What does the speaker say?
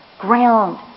ground